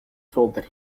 told